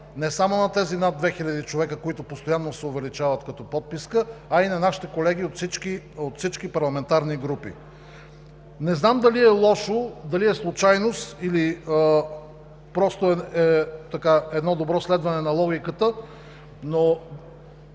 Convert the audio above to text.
не само на тези над 2000 човека, които постоянно се увеличават като подписка, а и на нашите колеги от всички парламентарни групи. Не знам дали е лошо, дали е случайност или просто е едно добро следване на логиката, но